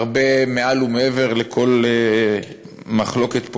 הרבה מעל ומעבר לכל מחלוקת פוליטית,